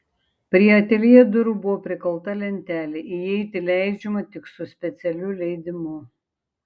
prie ateljė durų buvo prikalta lentelė įeiti leidžiama tik su specialiu leidimu